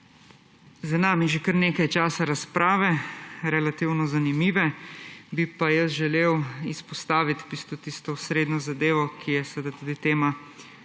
Za nami je že kar nekaj časa razprave, relativno zanimive, bi pa jaz želel izpostaviti v bistvu tisto osrednjo zadevo, ki je seveda